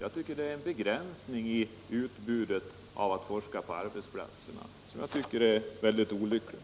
Jag tycker att det är en begränsning i utbudet att få forska på arbetsplatserna och det är väldigt olyckligt.